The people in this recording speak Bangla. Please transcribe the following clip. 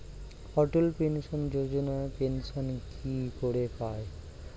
অটল পেনশন যোজনা পেনশন কি করে পায়?